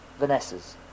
Vanessas